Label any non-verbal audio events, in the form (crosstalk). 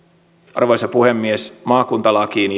arvoisa puhemies maakuntalakiin (unintelligible)